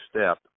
step